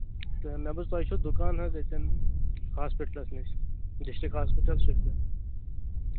تہٕ مےٚ بوٗز تۄہہِ چھُے دُکان حظ ییٚتیٚن ہاسپِٹلَسس نِش ڈسٹرکٹ ہاسپِٹل شوپین